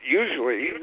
usually